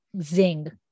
zing